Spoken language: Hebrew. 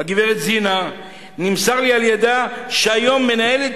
הגברת דינה, נמסר לי על-ידה שהיום מנהלת